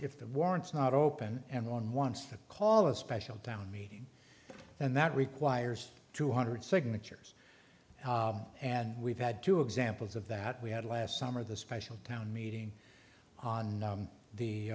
if the warrants not open and one wants to call a special town meeting and that requires two hundred signatures and we've had two examples of that we had last summer the special town meeting on